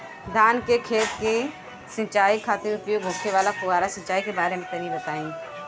धान के खेत की सिंचाई खातिर उपयोग होखे वाला फुहारा सिंचाई के बारे में तनि बताई?